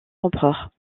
empereur